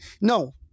no